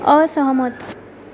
असहमत